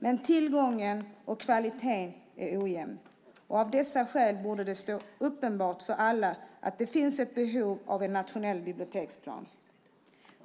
Men tillgången och kvaliteten är ojämn. Av detta skäl borde det stå uppenbart för alla att det finns ett behov av en nationell biblioteksplan.